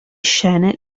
scene